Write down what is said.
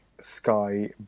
sky